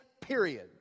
period